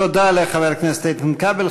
תודה לחבר הכנסת איתן כבל.